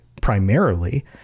primarily